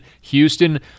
Houston